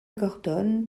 gordon